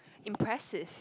impressive